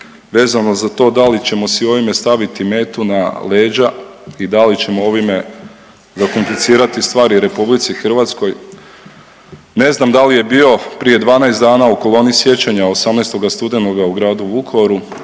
vezano za to da li ćemo si ovime staviti metu na leđa i da li ćemo ovime zakomplicirati stvari RH. Ne znam da li je bio prije 12 dana u Koloni sjećanja 18. studenoga u gradu Vukovaru